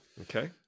Okay